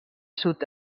sud